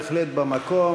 שאלה בהחלט במקום.